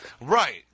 Right